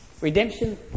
Redemption